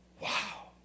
Wow